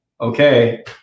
okay